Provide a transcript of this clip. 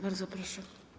Bardzo proszę.